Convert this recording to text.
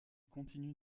continue